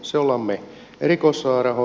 se olemme me